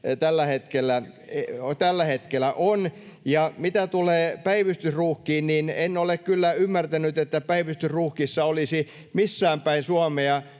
tällä hetkellä on. Ja mitä tulee päivystysruuhkiin, niin en ole kyllä ymmärtänyt, että päivystysruuhkissa olisi missäänpäin Suomea